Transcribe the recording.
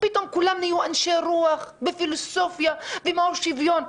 פתאום כולם נהיו אנשי רוח בפילוסופיה ומהו שוויון.